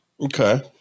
Okay